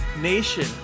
Nation